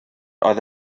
oedd